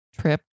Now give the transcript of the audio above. trip